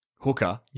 Hooker